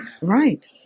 right